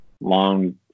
long